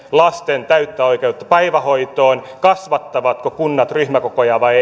lasten täyttä oikeutta päivähoitoon kasvattavatko kunnat ryhmäkokoja vai